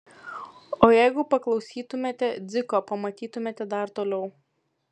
o jeigu paklausytumėte dziko pamatytumėte dar toliau